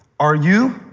are you